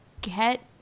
get